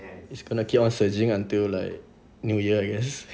it's gonna keep on surging until like new year I guess